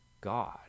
God